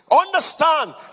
understand